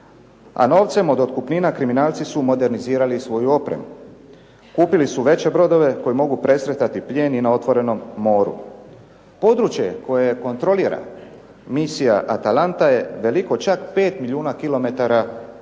a novcem od otkupnina kriminalci su modernizirali svoju opremu. Kupili su veće brodove kojim mogu presretati plijen i na otvorenom moru. Područje koje kontrolira misija Atalanta je veliko čak 5 milijuna kilometara